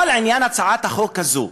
כל עניין הצעת החוק הזאת,